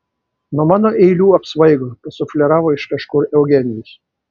nuo mano eilių apsvaigo pasufleravo iš kažkur eugenijus